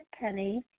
Penny